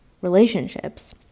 relationships